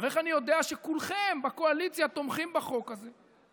איך אני יודע שכולכם בקואליציה תומכים בחוק הזה?